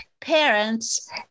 Parents